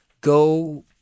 go